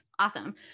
Awesome